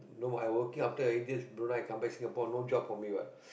no I working after Brunei I come back Singapore no job for me what